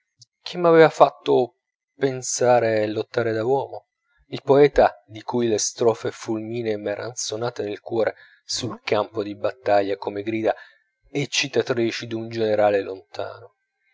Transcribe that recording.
giovanetto che m'aveva fatto pensare e lottare da uomo il poeta di cui le strofe fulminee m'eran sonate nel cuore sul campo di battaglia come grida eccitatrici d'un generale lontano